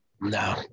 No